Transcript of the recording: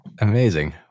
Amazing